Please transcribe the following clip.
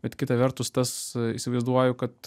bet kita vertus tas įsivaizduoju kad